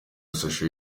social